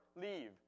leave